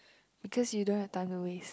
because you don't have time to waste